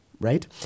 right